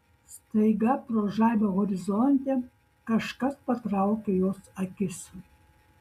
staiga pro žaibą horizonte kažkas patraukė jos akis